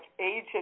age